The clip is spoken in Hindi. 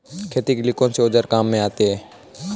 खेती के लिए कौनसे औज़ार काम में लेते हैं?